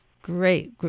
Great